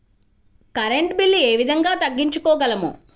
Current bill ఏ విధంగా తగ్గించుకోగలము?